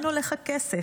לאן הולך הכסף?